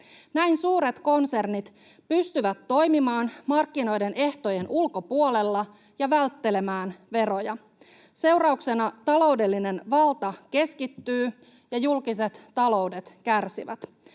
Näin suuret konsernit pystyvät toimimaan markkinoiden ehtojen ulkopuolella ja välttelemään veroja. Seurauksena taloudellinen valta keskittyy ja julkiset taloudet kärsivät.